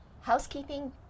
housekeeping